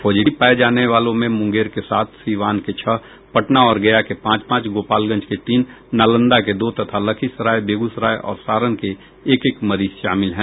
positive पाये जाने वालों में मूंगेर के सात सीवान के छह पटना और गया के पांच पांच गोपालगंज के तीन नालंदा के दो तथा लखीसराय बेगूसराय और सारण के एक एक मरीज शामिल हैं